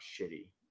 shitty